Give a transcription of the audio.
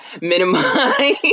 minimize